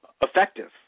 effective